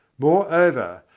moreover,